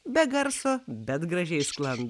be garso bet gražiai sklando